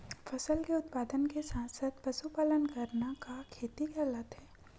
फसल के उत्पादन के साथ साथ पशुपालन करना का खेती कहलाथे?